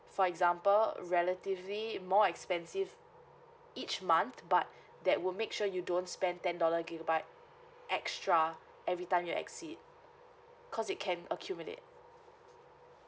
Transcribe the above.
for example relatively more expensive each month but that will make sure you don't spend ten dollar gigabyte extra every time you exceed cause it can accumulate